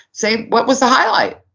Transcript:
say what was the highlight?